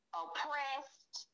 oppressed